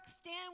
Stand